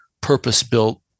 purpose-built